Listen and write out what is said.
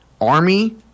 Army